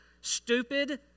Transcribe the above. stupid